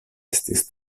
estis